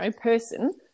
person